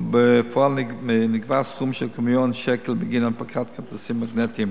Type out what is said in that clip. בפועל נגבה סכום של כמיליון שקל בגין הנפקת כרטיסים מגנטיים.